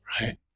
Right